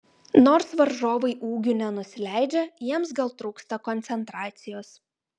nors varžovai ūgiu nenusileidžia jiems gal trūksta koncentracijos